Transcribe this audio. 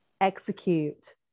execute